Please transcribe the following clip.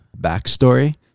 backstory